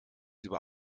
über